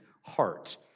heart